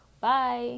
Bye